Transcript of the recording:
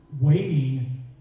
waiting